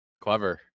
Clever